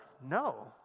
No